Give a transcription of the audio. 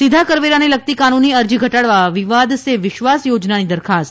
સીધા કરવેરાને લગતી કાનૂની અરજી ઘટાડવા વિવાદસે વિશ્વાસ યોજનાની દરખાસ્ત